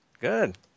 Good